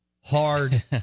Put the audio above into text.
hard